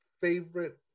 favorite